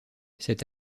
cet